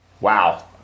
wow